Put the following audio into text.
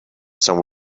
some